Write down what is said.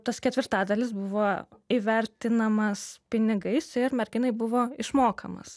tas ketvirtadalis buvo įvertinamas pinigais ir merginai buvo išmokamas